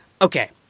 okay